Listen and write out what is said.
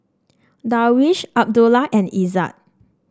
Darwish Abdullah and Izzat